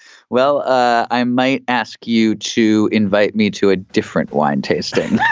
well, i might ask you to invite me to a different wine tasting yeah